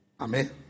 Amen